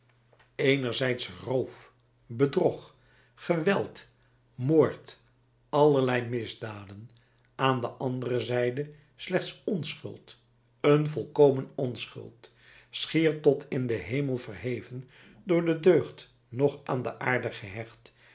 eenerzijds roof bedrog geweld moord allerlei misdaden aan de andere zijde slechts onschuld een volkomen onschuld schier tot in den hemel verheven door de deugd nog aan de aarde gehecht